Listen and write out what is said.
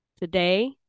Today